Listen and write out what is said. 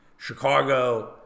Chicago